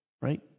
right